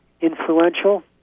influential